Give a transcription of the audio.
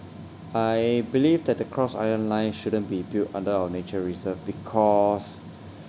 I believe that the cross island line shouldn't be built under our nature reserve because